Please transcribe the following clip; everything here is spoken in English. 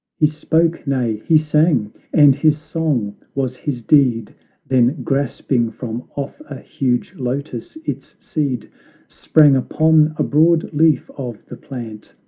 he spoke, nay, he sang, and his song was his deed then, grasping from off a huge lotus its seed sprang upon a broad leaf of the plant,